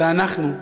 ואנחנו,